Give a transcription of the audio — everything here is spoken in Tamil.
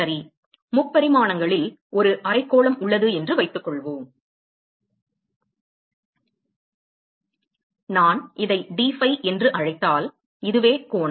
3 பரிமாணங்களில் ஒரு அரைக்கோளம் உள்ளது என்று வைத்துக்கொள்வோம் நான் இதை d phi என்று அழைத்தால் இதுவே கோணம்